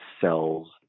cells